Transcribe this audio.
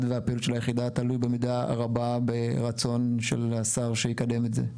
ופעילות היחידה תלוי במידה רבה ברצון של השר שיקדם את זה.